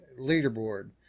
leaderboard